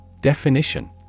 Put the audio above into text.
Definition